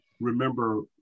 remember